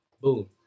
Boom